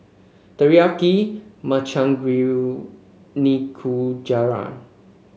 Teriyaki Makchang Gui Nikujaga